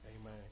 Amen